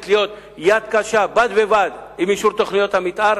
להיות יד קשה בד בבד עם אישור תוכניות המיתאר,